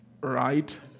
Right